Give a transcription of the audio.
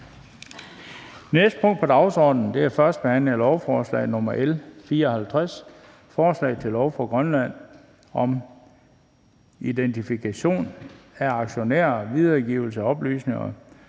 næste punkt på dagsordenen er: 11) 1. behandling af lovforslag nr. L 54: Forslag til lov for Grønland om identifikation af aktionærer, videregivelse af oplysninger